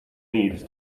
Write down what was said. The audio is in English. needs